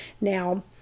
now